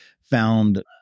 found